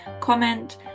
comment